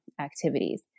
activities